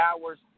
hours